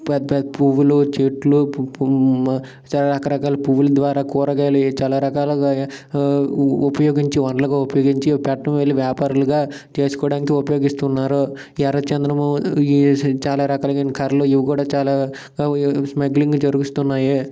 పెద్ద పెద్ద పువ్వులు చెట్లు రకరకాల పువ్వుల ద్వారా కూరగాయలు చాలా రకాలుగా ఉపయోగించి వనరులుగా ఉపయోగించి పట్నం వెళ్ళి వ్యాపారులుగా చేసుకోవడానికి ఉపయోగిస్తున్నారు ఎర్ర చందనము ఈ చాలా రకాలుగా కర్రలు ఇవి కూడా చాలా స్మగ్లింగ్ జరిగితున్నాయి